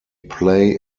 play